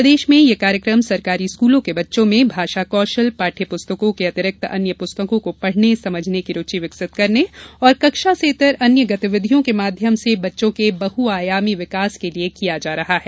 प्रदेश में यह कार्यक्रम सरकारी स्कूलों के बच्चों में भाषा कौशल पाठ्य पुस्तकों के अतिरिक्त अन्य पुस्तकों को पढ़ने समझने की रुचि विकसित करने और कक्षा से इतर अन्य गतिविधियों के माध्यम से बच्चों के बह आयामी विकास के लिए किया जा रहा है